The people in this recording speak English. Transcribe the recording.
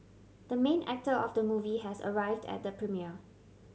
the main actor of the movie has arrived at the premiere